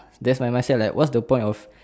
that's my mindset like what's the point of